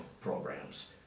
programs